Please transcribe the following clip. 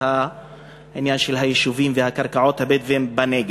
העניין של היישובים והקרקעות של הבדואים בנגב.